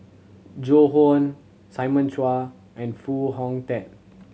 Joan Hon Simon Chua and Foo Hong Tatt